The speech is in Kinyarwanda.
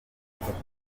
ingabo